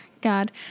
God